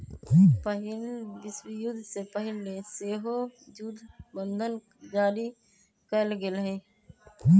पहिल विश्वयुद्ध से पहिले सेहो जुद्ध बंधन जारी कयल गेल हइ